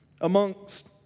amongst